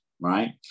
right